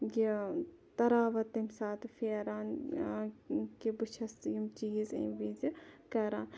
یہِ تَراوَت تمہِ ساتہٕ پھیران کہِ بہٕ چھَس یِم چیٖز امہِ وِزِ کَران